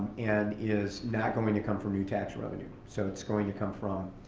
and is not going to come from your tax revenues. so it's going to come from